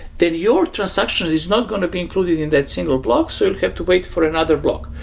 then your transaction is not going to be included in that single block, so you'll have to wait for another block,